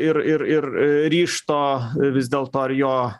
ir ir ir ryžto vis dėlto ar jo